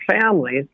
families